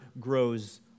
grows